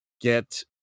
get